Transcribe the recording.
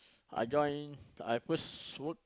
I join I first work